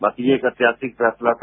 बाकी ये ऐतिहासिक फैसला था